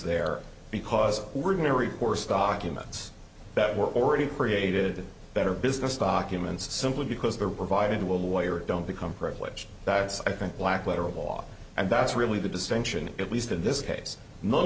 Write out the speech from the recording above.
there because we're going to report documents that were already created better business documents simply because they were provided with wired don't become privilege that's i think black letter law and that's really the distinction at least in this case none